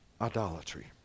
Idolatry